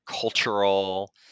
cultural